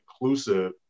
inclusive